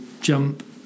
jump